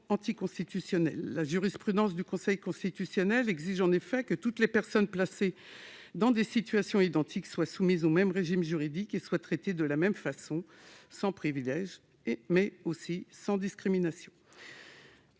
La jurisprudence du Conseil constitutionnel exige en effet que toutes les personnes placées dans des situations identiques soient soumises au même régime juridique et soient traitées de la même façon- sans privilège et sans discrimination.